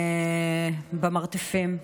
במרתפים.